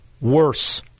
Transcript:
worse